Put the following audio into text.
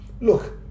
look